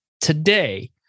today